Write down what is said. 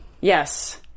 yes